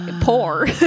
poor